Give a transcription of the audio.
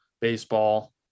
baseball